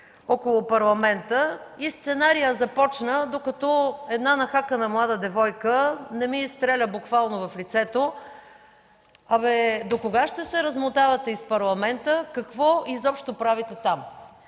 около Парламента и сценарият започна, докато една нахакана млада девойка не ми изстреля буквално в лицето: „Докога ще се размотавате из Парламента? Какво изобщо правите там?”